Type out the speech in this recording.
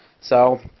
so